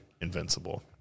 Invincible